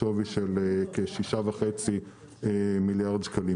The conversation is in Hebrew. בשווי של כ-6.5 מיליארדי שקלים.